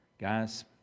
Guys